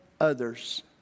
others